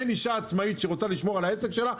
ואין אישה עצמאית שרוצה לשמור על העסק שלה,